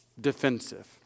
defensive